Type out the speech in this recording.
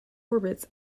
orbits